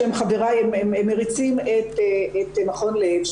שהם מריצים את מכון לב,